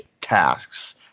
tasks